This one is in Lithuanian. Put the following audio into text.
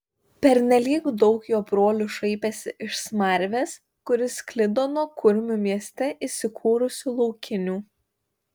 pernelyg daug jo brolių šaipėsi iš smarvės kuri sklido nuo kurmių mieste įsikūrusių laukinių